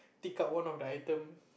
take out one of the item